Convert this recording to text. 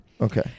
Okay